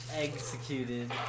executed